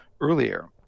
earlier